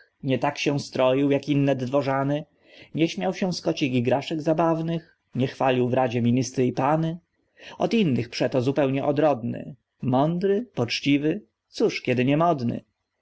nie tak się stroił jak inne dworzany nie śmiał się z kocich igraszek zabawnych nie chwalił w radzie ministry i pany od innych przeto zupełnie odrodny mądry poczciwy cóż kiedy nie modny